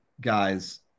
guys